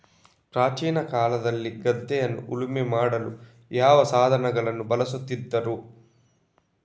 ಪ್ರಾಚೀನ ಕಾಲದಲ್ಲಿ ಗದ್ದೆಯನ್ನು ಉಳುಮೆ ಮಾಡಲು ಯಾವ ಸಾಧನಗಳನ್ನು ಬಳಸುತ್ತಿದ್ದರು?